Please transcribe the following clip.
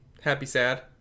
happy-sad